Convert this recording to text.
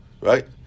Right